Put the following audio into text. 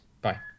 Bye